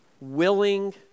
willing